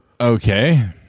Okay